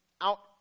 out